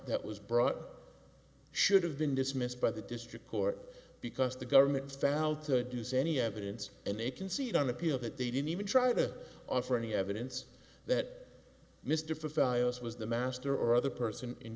that was brought should have been dismissed by the district court because the government found to use any evidence and they can see it on appeal that they didn't even try to offer any evidence that mr fallows was the master or other person in